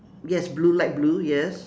yes blue light blue yes